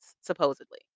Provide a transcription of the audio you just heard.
supposedly